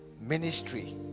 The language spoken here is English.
ministry